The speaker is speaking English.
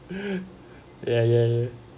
ya ya ya